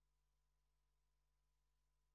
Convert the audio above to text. זה